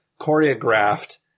choreographed